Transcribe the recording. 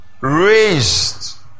raised